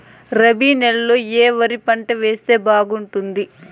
రబి నెలలో ఏ వరి పంట వేస్తే బాగుంటుంది